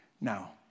Now